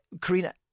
Karina